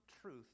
truth